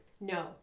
No